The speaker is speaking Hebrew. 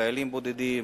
חיילים בודדים,